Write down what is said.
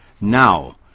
Now